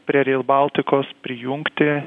prie reil baltikos prijungti